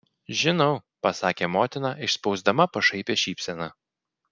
žinau pasakė motina išspausdama pašaipią šypseną